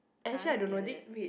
I don't get it